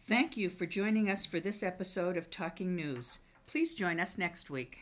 thank you for joining us for this episode of talking news please join us next week